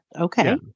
okay